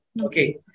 okay